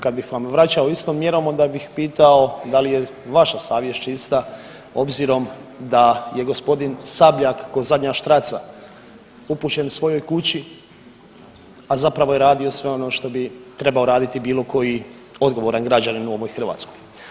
Kad bih vam vraćao istom mjerom onda bih pitao da li je vaša savjest čista obzirom da je gospodin Sabljak ko zadnja štraca upućen svojoj kući, a zapravo je radio sve ono što bi trebao raditi bilo koji odgovoran građanin u ovoj Hrvatskoj.